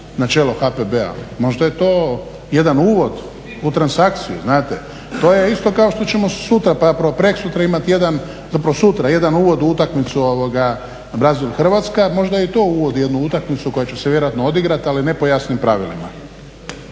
na čelo HPB-a. Možda je to jedan uvod u transakciju, znate. To je isto kao što ćemo sutra, pa prekustra imati jedan, zapravo jedan uvod u utakmicu Brazil – Hrvatska. Možda je i to uvod u jednu utakmicu koja će se vjerojatno odigrati, ali ne po jasnim pravilima.